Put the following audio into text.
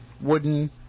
wooden